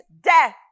death